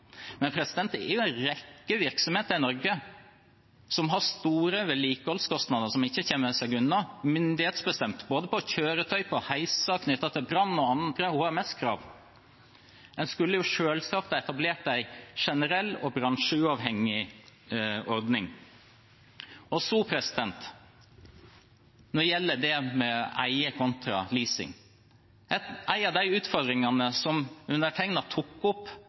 det er jo en rekke virksomheter i Norge som har store vedlikeholdskostnader som er myndighetsbestemt, og som en ikke kommer seg unna, både for kjøretøy, for heiser knyttet til brann, og andre HMS-krav. En skulle selvsagt etablert en generell og bransjeuavhengig ordning. Så når det gjelder det å eie kontra leasing, som var en av utfordringene undertegnede tok opp